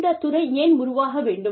இந்த துறை ஏன் உருவாக வேண்டும்